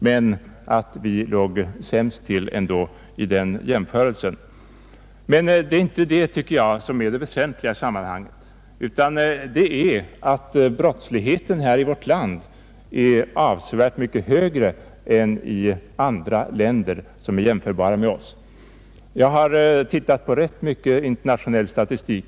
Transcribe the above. Dock låg Sverige sämst till i jämförelsen. Men det är inte det väsentliga i sammanhanget. Det väsentliga är att brottsligheten här i vårt land är avsevärt högre än i de andra länder som kan jämföras med oss. Jag har tittat rätt mycket på internationell statistik.